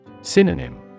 Synonym